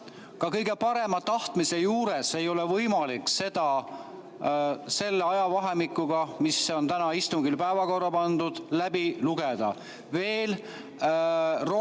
Ka kõige parema tahtmise juures ei ole võimalik seda selles ajavahemikus, mis on täna päevakorda pandud, läbi lugeda.